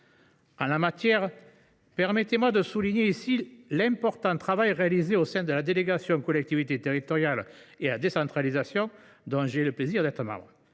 En la matière, permettez moi de souligner ici l’important travail réalisé au sein de notre délégation aux collectivités territoriales et à la décentralisation, dont j’ai le plaisir d’être membre.